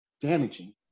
damaging